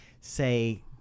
say